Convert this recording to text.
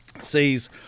sees